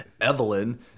Evelyn